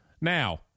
Now